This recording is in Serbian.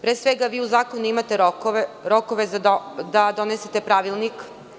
Pre svega, vi u zakonu imate rokove da donesete pravilnik.